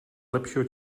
lepšího